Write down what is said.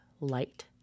light